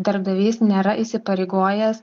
darbdavys nėra įsipareigojęs